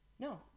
No